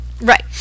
Right